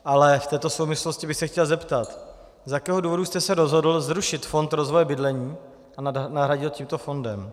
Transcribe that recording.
Ale v této souvislosti bych se chtěl zeptat, z jakého důvodu jste se rozhodl zrušit fond rozvoje bydlení a nahradil tímto fondem.